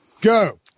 Go